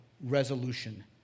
resolution